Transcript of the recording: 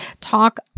talk